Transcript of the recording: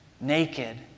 naked